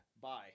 Bye